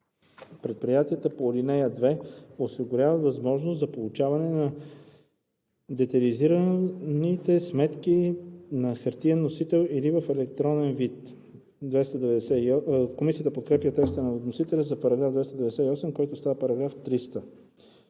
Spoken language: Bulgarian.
Предприятията по ал. 2 осигуряват възможност за получаване на детайлизираните сметки на хартиен носител или в електронен вид.“ Комисията подкрепя текста на вносителя за § 298, който става § 300.